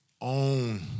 own